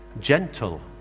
gentle